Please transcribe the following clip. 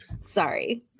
Sorry